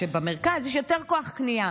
שבמרכז יש יותר כוח קנייה,